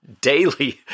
daily